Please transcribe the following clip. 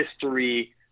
history